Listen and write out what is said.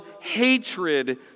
hatred